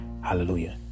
Hallelujah